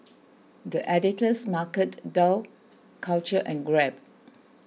the Editor's Market Dough Culture and Grab